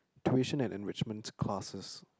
tuition and enrichment classes